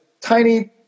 tiny